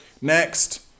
Next